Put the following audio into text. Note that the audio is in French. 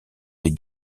des